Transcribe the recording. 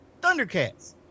Thundercats